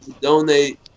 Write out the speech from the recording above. donate